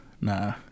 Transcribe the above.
Nah